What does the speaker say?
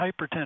hypertension